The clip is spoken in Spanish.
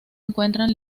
encuentran